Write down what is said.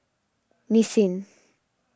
Nissin